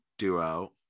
duo